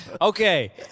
Okay